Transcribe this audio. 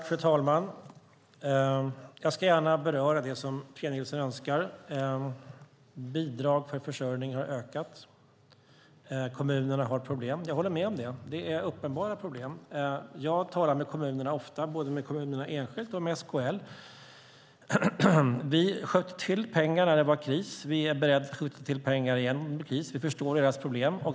Fru talman! Jag ska gärna beröra det som Pia Nilsson önskade. Bidragen för försörjning har ökat. Kommunerna har problem. Jag håller med om det. Det är uppenbara problem. Jag talar ofta med kommunerna, både enskilt med kommunerna och med SKL. Vi sköt till pengar när det var kris. Vi är beredda att skjuta till pengar igen om det blir kris. Vi förstår deras problem.